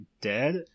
dead